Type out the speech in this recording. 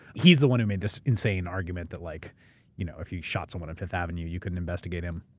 he's the one who made this insane argument that like you know if you shot someone on fifth avenue, you couldn't investigate him.